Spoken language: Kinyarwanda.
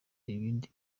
ibindi